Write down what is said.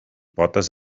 potes